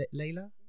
Layla